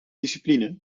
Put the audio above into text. discipline